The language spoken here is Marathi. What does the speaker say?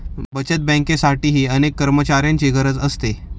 बचत बँकेसाठीही अनेक कर्मचाऱ्यांची गरज असते